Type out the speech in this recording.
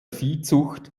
viehzucht